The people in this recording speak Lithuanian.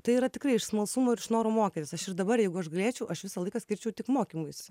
tai yra tikrai iš smalsumo ir iš noro mokytis aš ir dabar jeigu aš galėčiau aš visą laiką skirčiau tik mokymuisi